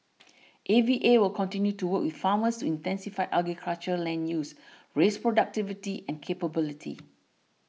A V A will continue to work with farmers to intensify agriculture land use raise productivity and capability